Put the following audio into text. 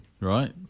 right